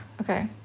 Okay